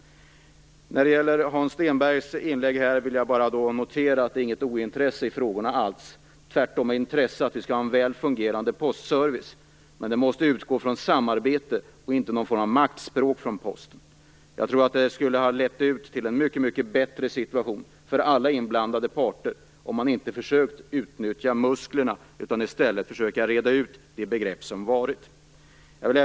När det gäller Hans Stenbergs inlägg här vill jag att det skall noteras att det inte alls är fråga om ett ointresse för de här frågorna. Tvärtom finns det intresse för att vi skall ha en väl fungerande postservice. Men utgångspunkten måste vara samarbete, inte någon form av maktspråk från Posten. Jag tror att det skulle ha lett till en mycket bättre situation för alla inblandade parter om man inte hade försökt utveckla musklerna utan i stället hade försökt reda ut de begrepp som förekommit.